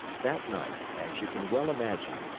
that night, as you can well imagine,